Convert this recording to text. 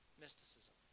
mysticism